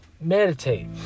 meditate